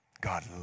God